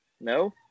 No